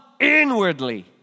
inwardly